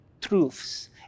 truths